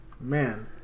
Man